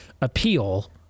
appeal